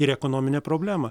ir ekonominę problemą